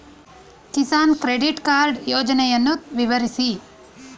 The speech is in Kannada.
ಕಿಸಾನ್ ಕ್ರೆಡಿಟ್ ಕಾರ್ಡ್ ಯೋಜನೆಯನ್ನು ವಿವರಿಸಿ?